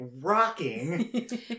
rocking